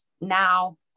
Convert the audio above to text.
now